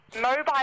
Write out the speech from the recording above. Mobile